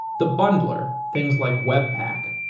the bundler, things like webpack.